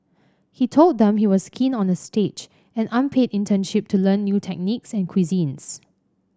he told them he was keen on a stage an unpaid internship to learn new techniques and cuisines